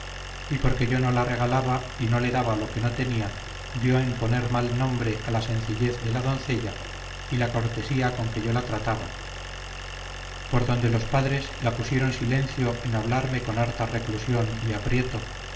y porque yo no la regalaba y no le daba lo que no tenia dió en poner mal nombre a la sencillez de la doncella y la cortesía con que yo la trataba por donde los padres la pusieron silencio en hablarme con harta reclusión y aprieto